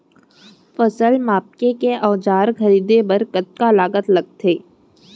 फसल मापके के औज़ार खरीदे बर कतका लागत लगथे?